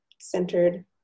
centered